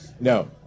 no